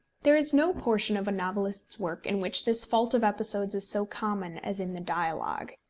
there is no portion of a novelist's work in which this fault of episodes is so common as in the dialogue.